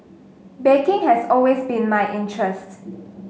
baking has always been my interest